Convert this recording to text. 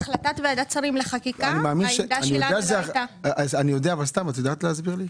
את יודעת להסביר לי?